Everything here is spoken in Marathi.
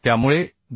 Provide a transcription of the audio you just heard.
त्यामुळे 201